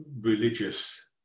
religious